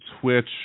Twitch